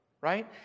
right